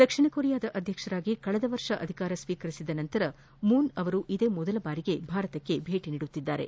ದಕ್ಷಿಣ ಕೊರಿಯಾದ ಅಧ್ಯಕ್ಷರಾಗಿ ಕಳೆದ ವರ್ಷ ಅಧಿಕಾರ ಸ್ವೀಕರಿಸಿದ ನಂತರ ಮೂನ್ ಅವರು ಇದೇ ಮೊದಲ ಬಾರಿಗೆ ಭಾರತಕ್ಕೆ ಭೇಟಿ ನೀಡುತ್ತಿದ್ದಾರೆ